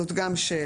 זאת גם שאלה.